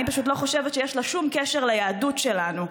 אני פשוט לא חושבת שיש לה שום קשר ליהדות שלנו.